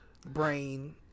brain